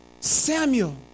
Samuel